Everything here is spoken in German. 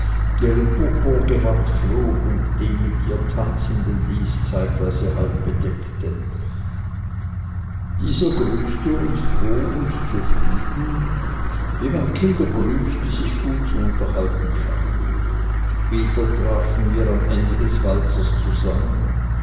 purpurgewand flog und den mit ihr tanzenden lys zeitweise halb bedeckte dieser grüßte uns froh und zufrieden wie man kinder grüßt die sich gut zu unterhalten scheinen wieder trafen wir am ende des walzers zusammen